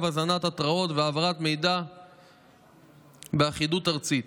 הזנת התראות והעברת מידע באחידות ארצית,